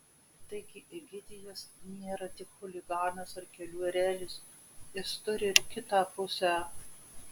taigi egidijus nėra tik chuliganas ar kelių erelis jis turi ir kitą pusę